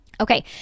Okay